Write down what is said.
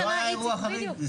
לא היה אירוע חריג?